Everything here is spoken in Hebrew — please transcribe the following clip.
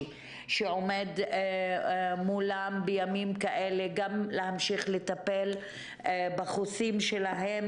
שעומד מולם בימים כאלה גם להמשיך לטפל בחוסים שלהם,